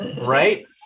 right